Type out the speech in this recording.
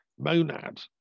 monad